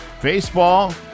Baseball